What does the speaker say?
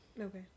Okay